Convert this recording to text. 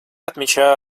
отмечаю